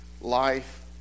life